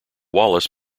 wallace